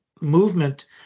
movement